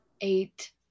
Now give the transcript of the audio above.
eight